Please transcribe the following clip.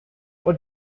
what